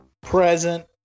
Present